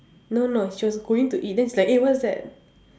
no no she was going to eat then she's like eh what's that